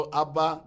abba